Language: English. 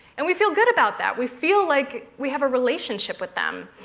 and we feel good about that. we feel like we have a relationship with them.